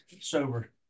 sober